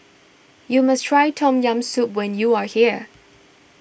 you must try Tom Yam Soup when you are here